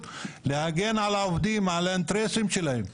הוא להגן על האינטרסים של העובדים.